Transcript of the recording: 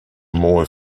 more